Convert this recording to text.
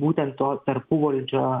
būtent to tarpuvaldžio